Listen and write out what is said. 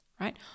right